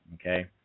okay